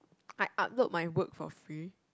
I upload my work for free